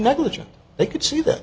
negligent they could see that